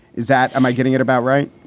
is that am i getting it about right?